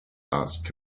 asked